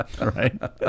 Right